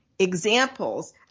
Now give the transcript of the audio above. examples